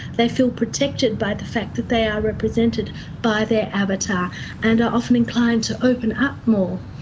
they feel protected by the fact that they are represented by their avatar and are often inclined to open up more.